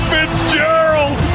Fitzgerald